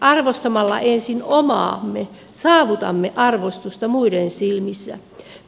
arvostamalla ensin omaamme saavutamme arvostusta muiden silmissä